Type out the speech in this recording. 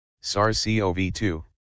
SARS-CoV-2